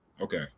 Okay